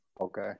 Okay